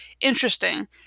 interesting